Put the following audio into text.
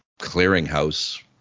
clearinghouse